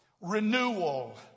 renewal